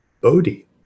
Bodhi